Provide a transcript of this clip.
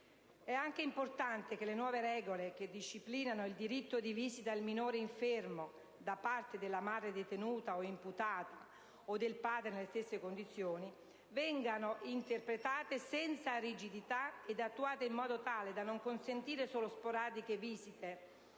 È anche importante che le nuove regole, che disciplinano il diritto di visita al minore infermo da parte della madre detenuta o imputata (o del padre, nelle stesse condizioni), vengano interpretate senza rigidità ed attuate in modo tale da non consentire solo sporadiche visite,